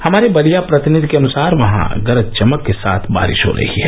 हमारे बलिया प्रतिनिधि के अनुसार वहां गरज चमक के साथ बारिश हो रही है